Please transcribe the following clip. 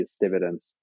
dividends